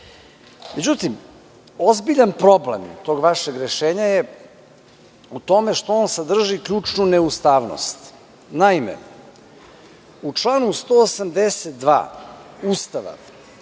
rečeno.Međutim, ozbiljan problem tog vašeg rešenja u tome što on sadrži ključnu neustavnost. Naime, u članu 182 Ustava